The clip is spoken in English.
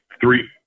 three